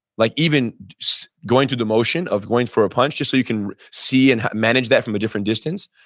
like even going through the motion of going for a punch just so you can see and manage that from a different distance?